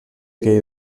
que